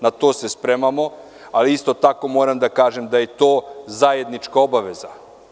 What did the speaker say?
Na to se spremamo, ali isto tako moram da kažem da je to zajednička obaveza.